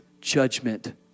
judgment